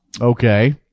Okay